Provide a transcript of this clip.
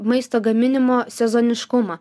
maisto gaminimo sezoniškumą